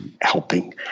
helping